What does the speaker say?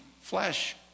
flesh